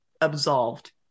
absolved